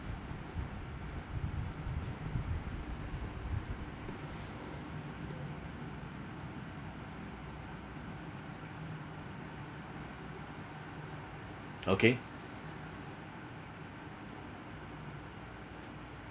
okay